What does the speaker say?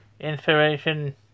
Inspiration